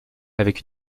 avec